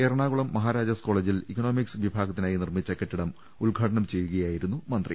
എറണാകുളം മഹാരാജാസ് കോളജിൽ ഇക്കണോമിക്സ് വിഭാഗത്തിനായി നിർമ്മിച്ച കെട്ടിടം ഉദ്ഘാടനം ചെയ്യുകയായിരുന്നു മന്ത്രി